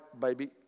baby